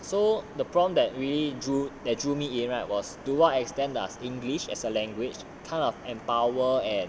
so the prompt that we drew that drew me in right was to what extent does english as a language kind of empower at